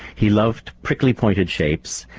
he loved prickly, pointed shapes.